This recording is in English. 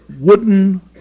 wooden